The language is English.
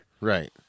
Right